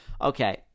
Okay